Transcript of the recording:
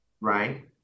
right